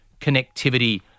connectivity